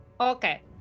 okay